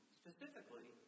specifically